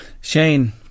Shane